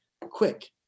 quick